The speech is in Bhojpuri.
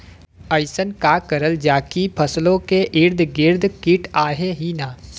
अइसन का करल जाकि फसलों के ईद गिर्द कीट आएं ही न?